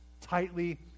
tightly